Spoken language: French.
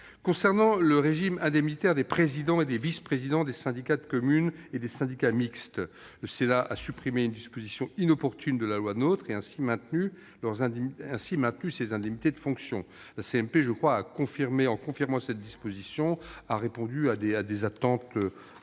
Sur le régime indemnitaire des présidents et des vice-présidents des syndicats de communes et des syndicats mixtes, le Sénat a supprimé une disposition inopportune de la loi NOTRe et ainsi maintenu leurs indemnités de fonction. En confirmant cette disposition, la commission mixte paritaire